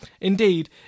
Indeed